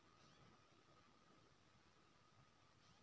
सौंफ केँ पकबान सब मे देल जाइ छै